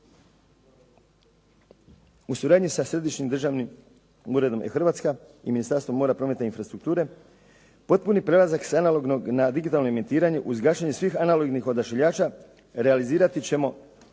U suradnji sa središnjim državnim uredom je Hrvatska i Ministarstvom mora, prometa i infrastrukture, potpuni prelazak sa analognog na digitalno emitiranje uz gašenje svih analognih odašiljača realizirati ćemo